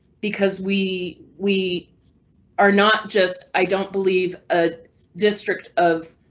because we we are not just. i don't believe a district of